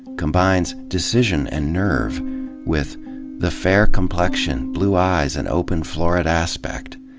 combines decision and nerve with the fair complexion, blue eyes and open florid aspect.